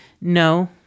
No